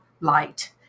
light